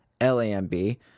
L-A-M-B